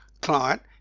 client